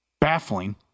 baffling